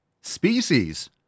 Species